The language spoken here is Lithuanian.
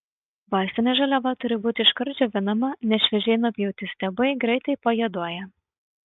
vaistinė žaliava turi būti iškart džiovinama nes šviežiai nupjauti stiebai greitai pajuoduoja